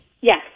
Yes